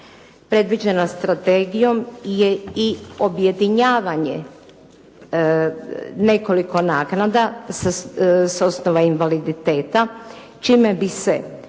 predviđena strategijom je i objedinjavanje nekoliko naknada sustava invaliditeta čime bi se